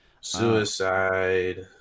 Suicide